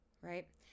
right